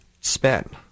spent